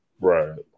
Right